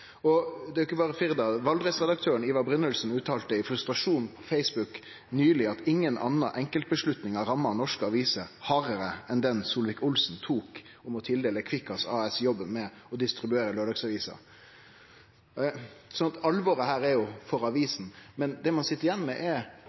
Det er ikkje berre Firda. Redaktøren av Avisa Valdres, Ivar Brynildsen, uttalte i frustrasjon på Facebook nyleg: «Ingen annen enkeltbeslutning har rammet norske papiraviser hardere enn den Solvik-Olsen tok om å tildele Kvikkas AS jobben med å distribuere lørdagsaviser.» Det er alvor for avisene, men